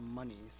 money